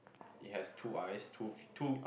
it has two eyes two f~ two